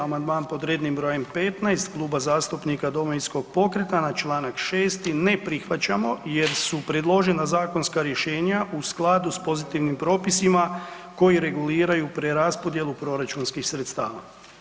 Amandman pod rednim brojem 15 Kluba zastupnika Domovinskog pokreta na čl. 6. ne prihvaćamo jer su predložena zakonska rješenja u skladu sa pozitivnim propisima koji reguliraju preraspodjelu proračunskih sredstava.